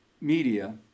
media